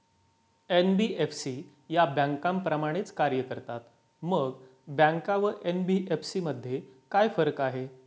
NBFC या बँकांप्रमाणेच कार्य करतात, मग बँका व एन.बी.एफ.सी मध्ये काय फरक आहे?